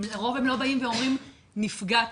לרוב הם לא באים ואומרים, נפגעתי.